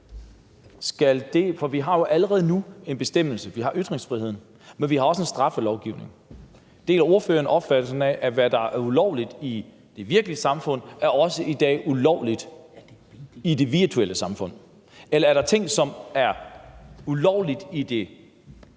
For vi har jo allerede nu en bestemmelse – vi har ytringsfriheden – men vi har også en straffelovgivning. Deler ordføreren opfattelsen af, at hvad der er ulovligt i det virkelige samfund også i dag er ulovligt i det virtuelle samfund? Eller er der ting, som er ulovligt i det fysiske samfund,